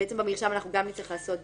במרשם אנחנו גם מתייחסות בהחלט.